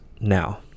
now